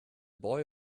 boy